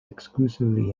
exclusively